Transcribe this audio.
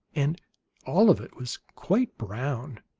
and all of it was quite brown,